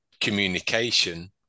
communication